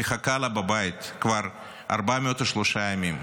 מחכה לה בבית כבר 403 ימים,